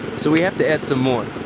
so we have to add some more.